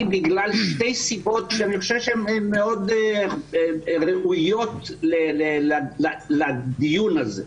בגלל שתי סיבות שאני חושב שהן מאוד ראויות לדיון הזה.